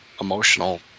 Emotional